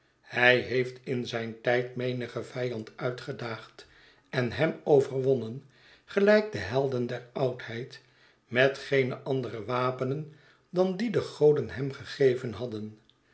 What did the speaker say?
hij heeft in zijn tijd menigen vijand uitgedaagd en hem i overwonnen gelijk de helden der oudheid met geene andere wapenen dan die de goden hem gegeven hadden